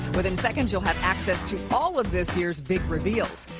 within seconds you'll have access to all of this year's big reveals.